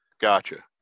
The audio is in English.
Gotcha